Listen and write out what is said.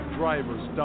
drivers